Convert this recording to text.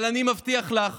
אבל אני מבטיח לך